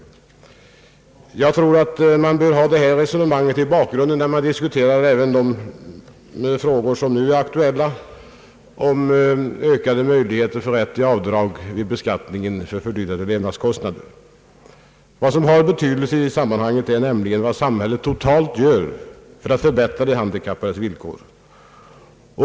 Jag tror att man bör ha det resonemanget i bakgrunden, när man diskuterar även de nu aktuella frågorna om ökade möjligheter för rätt till avdrag vid beskattningen med anledning av fördyrade levnadskostnader. Vad som har betydelse i sammanhanget är nämligen vad samhället totalt gör för att förbättra de handikappades villkor.